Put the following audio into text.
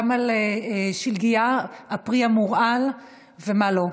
גם על שלגייה, הפרי המורעל ומה לא.